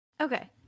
Okay